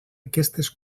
aquestes